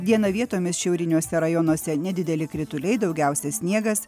dieną vietomis šiauriniuose rajonuose nedideli krituliai daugiausia sniegas